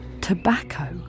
Tobacco